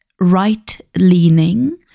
right-leaning